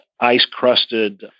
ice-crusted